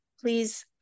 please